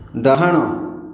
ଡାହାଣ